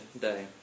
Day